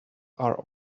are